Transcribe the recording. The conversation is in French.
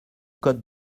code